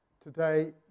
Today